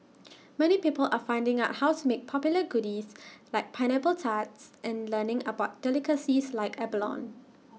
many people are finding out how to make popular goodies like pineapple tarts and learning about delicacies like abalone